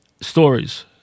stories